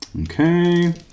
Okay